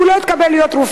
הוא לא התקבל להיות רופא,